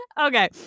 Okay